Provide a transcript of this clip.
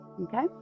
okay